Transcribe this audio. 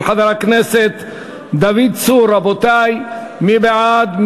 של חבר הכנסת דוד צור, רבותי, מי בעד?